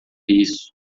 isso